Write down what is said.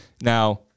Now